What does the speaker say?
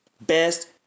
Best